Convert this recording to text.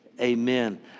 Amen